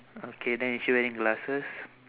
okay then is she wearing glasses